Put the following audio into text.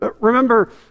Remember